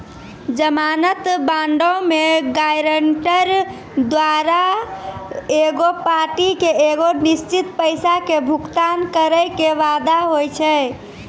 जमानत बांडो मे गायरंटर द्वारा एगो पार्टी के एगो निश्चित पैसा के भुगतान करै के वादा होय छै